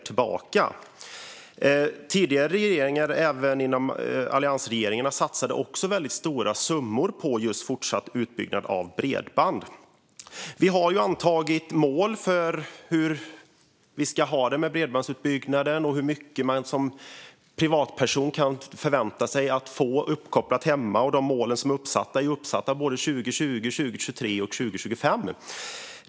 Tidigare regeringar, även alliansregeringarna, satsade också väldigt stora summor på fortsatt utbyggnad av bredband. Vi har antagit mål för hur vi ska ha det med bredbandsutbyggnaden och för hur mycket man som privatperson kan förvänta sig att få uppkopplat hemma. De mål som är uppsatta har satts upp för 2020, 2023 och 2025.